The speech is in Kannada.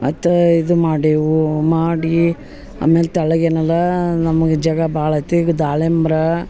ಮತ್ತು ಇದು ಮಾಡೇವು ಮಾಡಿ ಆಮೇಲೆ ತಳಗೆ ಏನೆಲ್ಲ ನಮಗೆ ಜಾಗ ಭಾಳ ಐತೀಗ ದಾಳಿಂಬ್ರೆ